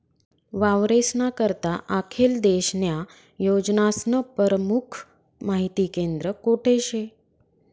वावरेस्ना करता आखेल देशन्या योजनास्नं परमुख माहिती केंद्र कोठे शे?